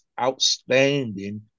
outstanding